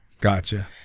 Gotcha